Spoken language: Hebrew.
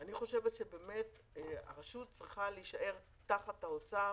אני חושבת שהרשות צריכה להישאר תחת האוצר.